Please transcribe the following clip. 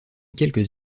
quelques